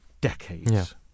decades